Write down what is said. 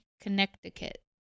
Connecticut